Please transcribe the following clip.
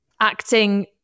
acting